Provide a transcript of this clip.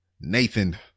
Nathan